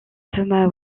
thomas